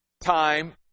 time